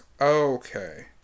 Okay